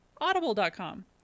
audible.com